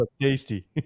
tasty